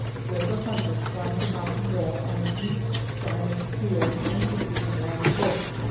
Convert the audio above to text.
joe the hunter climbed the mountain wall on the east side of the fiord in pursuit of wild goats,